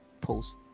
post